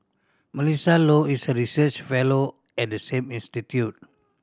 Melissa Low is a research fellow at the same institute